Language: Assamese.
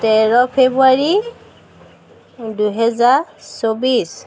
তেৰ ফেব্ৰুৱাৰী দুহেজাৰ চৌবিছ